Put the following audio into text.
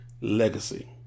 legacy